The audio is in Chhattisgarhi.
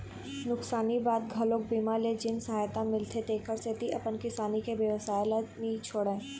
नुकसानी बाद घलोक बीमा ले जेन सहायता मिलथे तेखर सेती अपन किसानी के बेवसाय ल नी छोड़य